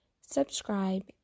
subscribe